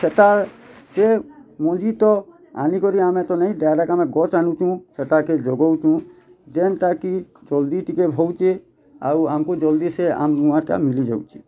ସେଟା ସେ ମୁଞ୍ଜି ତ ଆନିକରି ଆମେ ତ ନେଇଁ ଡାଇରେକ୍ଟ୍ ଆମେ ଗଛ୍ ଆନୁଛୁ ସେଟାକେ ଯୋଗଉଛୁ ଯେନ୍ଟାକି ଜଲ୍ଦି ଟିକେ ହଉଛେ ଆଉ ଆମ୍କୁ ଜଲ୍ଦି ସେ ଆମ୍ବ୍ ଉମାଟା ମିଳି ଯାଉଛେ